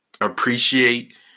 appreciate